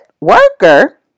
worker